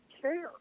care